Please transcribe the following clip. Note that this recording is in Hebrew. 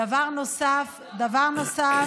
דבר נוסף, משרות חלקיות, דבר נוסף,